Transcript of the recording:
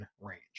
range